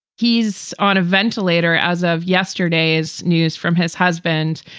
he's on a ventilator as of yesterday's news from his husband.